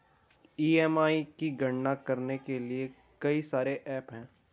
EMI की गणना करने के लिए कई सारे एप्प हैं